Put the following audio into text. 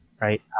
right